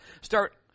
start